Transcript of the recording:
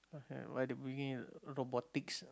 why they bring in robotics